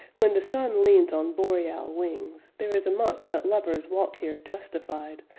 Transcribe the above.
when the sun leans on boreal wings, there is a month that lovers walk here justified,